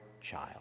child